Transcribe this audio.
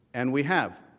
and we have.